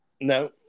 No